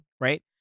right